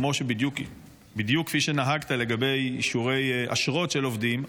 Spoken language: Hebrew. בדיוק כפי שנהגת לגבי אשרות של עובדים,